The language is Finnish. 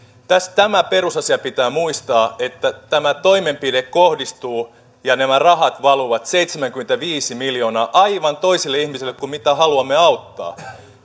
tämä perusasia pitää muistaa että tämä toimenpide kohdistuu ja nämä rahat seitsemänkymmentäviisi miljoonaa valuvat aivan toisille ihmisille kuin joita haluamme auttaa